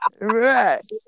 right